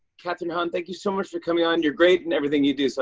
kathryn hahn, thank you so much for coming on. you're great in everything you do, so